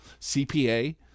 CPA